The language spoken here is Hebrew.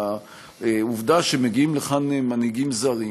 העובדה שמגיעים לכאן מנהיגים זרים